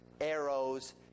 arrows